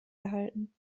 erhalten